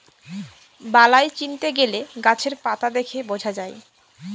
বালাই চিনতে গেলে গাছের পাতা দেখে বোঝা যায়